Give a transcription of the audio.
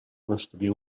construir